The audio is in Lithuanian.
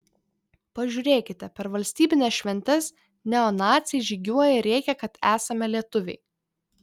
pažiūrėkite per valstybines šventes neonaciai žygiuoja ir rėkia kad esame lietuviai